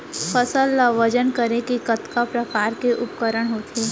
फसल ला वजन करे के कतका प्रकार के उपकरण होथे?